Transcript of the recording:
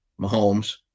Mahomes